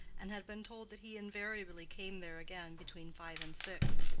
and had been told that he invariably came there again between five and six.